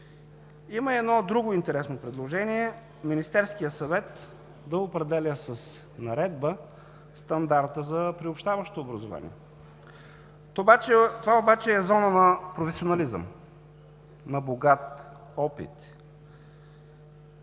Има едно друго интересно предложение – Министерският съвет да определя с наредба стандарта за приобщаващо образование. Това обаче е зона на професионализъм, на богат опит